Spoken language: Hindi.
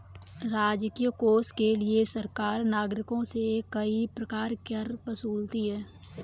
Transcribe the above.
राजकीय कोष के लिए सरकार नागरिकों से कई प्रकार के कर वसूलती है